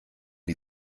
die